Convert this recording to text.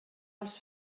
els